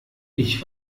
ich